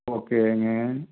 ஓகேங்க